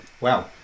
Wow